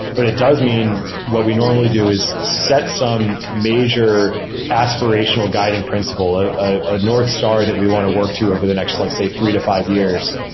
but it does mean what we normally do is set some major aspirational guiding principle, a ah northstar that we want to work to over the next like say three to five years.